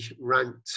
ranked